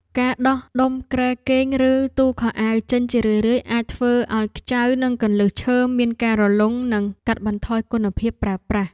ការដោះដុំគ្រែគេងឬទូខោអាវចេញជារឿយៗអាចធ្វើឱ្យខ្ចៅនិងគន្លឹះឈើមានការរលុងនិងកាត់បន្ថយគុណភាពប្រើប្រាស់។